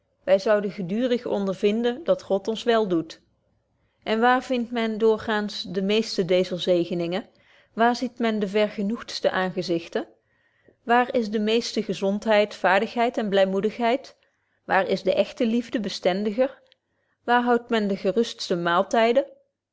wy zouden geduurig ondervinden dat god ons wel doet en waar vindt men doorgaans de meeste deezer zegeningen waar ziet men de vergenoegdste aangezichten waar is de meeste gezondheid vaerdigheid en blymoedigheid waar is de echteliefde bestendiger waar houdt men de gerustste maaltyden